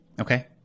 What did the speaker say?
Okay